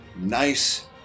nice